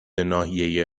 ناحیه